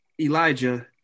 Elijah